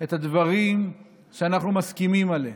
את הדברים שאנחנו מסכימים עליהם.